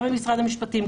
גם ממשרד המשפטים,